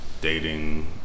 dating